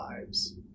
lives